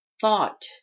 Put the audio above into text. thought